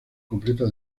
completa